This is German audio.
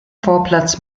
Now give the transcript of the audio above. vorplatz